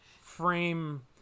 frame